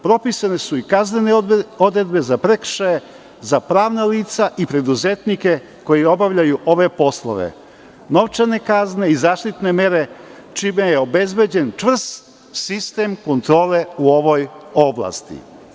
Propisane su i kaznene odredbe za prekršaje za pravna lica i preduzetnike koji obavljaju ove poslove, novčane kazne i zaštitne mere čime je obezbeđen čvrst sistem kontrole u ovoj oblasti.